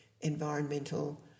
environmental